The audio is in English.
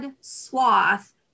swath